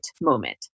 moment